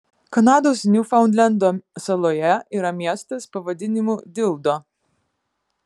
kanados niufaundlendo saloje yra miestas pavadinimu dildo